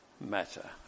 matter